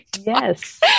Yes